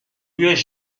mieux